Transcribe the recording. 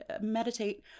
meditate